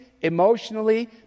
emotionally